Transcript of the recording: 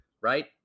right